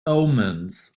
omens